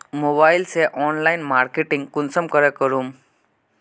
Mobile से online marketing कुंसम के करूम?